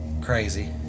crazy